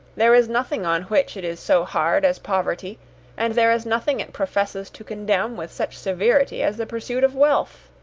there is nothing on which it is so hard as poverty and there is nothing it professes to condemn with such severity as the pursuit of wealth!